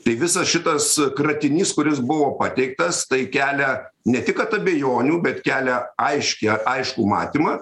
tai visas šitas kratinys kuris buvo pateiktas tai kelia ne tik kad abejonių bet kelia aiškią aiškų matymą